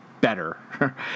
better